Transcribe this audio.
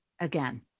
again